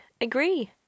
Agree